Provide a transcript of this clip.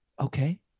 Okay